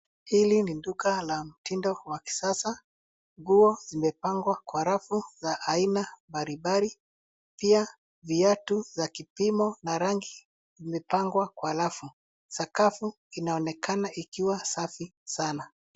Hili ni duka la mtindo wa kisasa. Nguo zimepangwa kwa rafu za aina mbalimbali, pia viatu za kupimo za rangi zimepangwa kwa rafu. Sakafu inaonekana ikiwa safi sana.